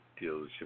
dealership